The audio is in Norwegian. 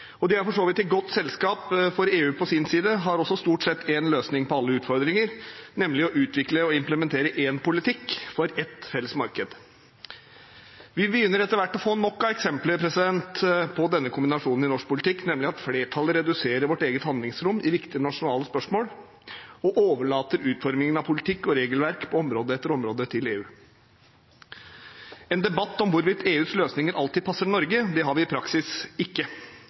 og de er for så vidt i godt selskap, for EU på sin side har også stort sett én løsning på alle utfordringer, nemlig å utvikle og implementere én politikk for ett felles marked. Vi begynner etter hvert å få nok av eksempler på denne kombinasjonen i norsk politikk, nemlig at flertallet reduserer vårt eget handlingsrom i viktige nasjonale spørsmål og overlater utformingen av politikk og regelverk – på område etter område – til EU. En debatt om hvorvidt EUs løsninger alltid passer Norge, har vi i praksis ikke.